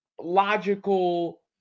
logical